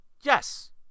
Yes